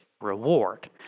reward